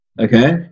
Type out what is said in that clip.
Okay